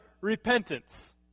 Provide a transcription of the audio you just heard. repentance